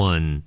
One